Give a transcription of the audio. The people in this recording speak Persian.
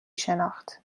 شناخت